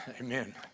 Amen